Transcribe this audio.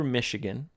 Michigan